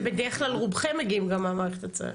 בדרך כלל רובכם מגיעים מהמערכת הצה"לית.